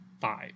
Five